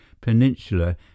Peninsula